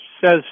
says